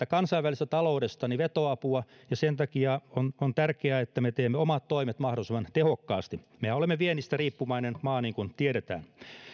kansainvälisestä taloudesta vetoapua ja sen takia on on tärkeää että me teemme omat toimemme mahdollisimman tehokkaasti mehän olemme viennistä riippuvainen maa niin kuin tiedetään